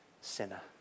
sinner